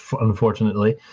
unfortunately